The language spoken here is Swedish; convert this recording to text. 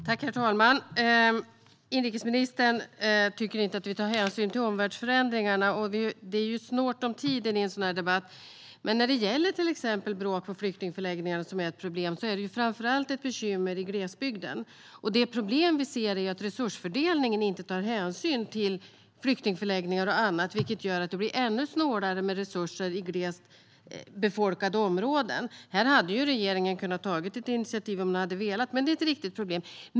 Herr talman! Inrikesministern tycker inte att vi tar hänsyn till omvärldsförändringarna. Det är ju snålt om tid i en sådan här debatt, men när det gäller till exempel problemet med bråk på flyktingförläggningar är det ju framför allt ett bekymmer i glesbygden. Det problem vi ser är att resursfördelningen inte tar hänsyn till flyktingförläggningar och annat, vilket gör att det blir ännu snålare med resurser i glest befolkade områden. Här hade ju regeringen kunnat ta ett initiativ om man hade velat - det är ett riktigt problem.